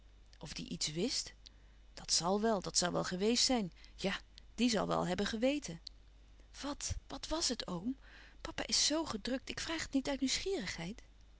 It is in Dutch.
of die iets wist dat zal wel dat zal wel geweest zijn ja die zal wel hebben geweten wat wat was het oom papa is zoo gedrukt ik vraag het niet uit nieuwsgierigheid